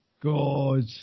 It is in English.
God